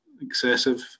excessive